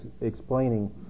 explaining